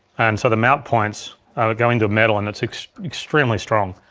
and so the mount points would go into metal and it's extremely strong.